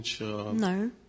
No